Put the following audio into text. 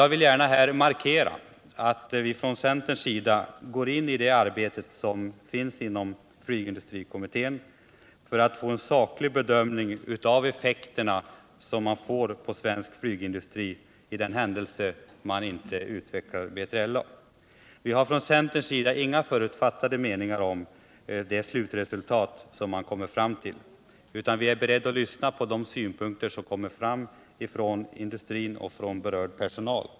Jag vill gärna här markera att vi från centerns sida går in i flygindustrikommitténs arbete för att få en saklig bedömning av de effekter man får inom svensk flygindustri i den händelse B3LA inte kommer att utvecklas. Vi har inom centern inga förutfattade meningar om det slutresultat som kommittén kommer fram till, utan vi är beredda att lyssna på de synpunkter som kommer att framföras från industrin och från berörd personal.